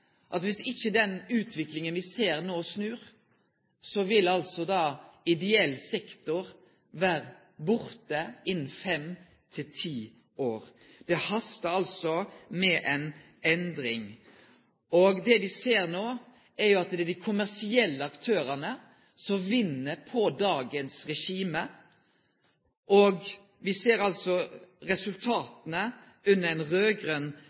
at dersom ikkje den utviklinga me ser no, snur, vil ideell sektor vere borte innan fem til ti år. Det hastar altså med ei endring. Det me no ser, er at det er dei kommersielle aktørane som vinn på dagens regime. Me ser altså resultata under